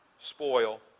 spoil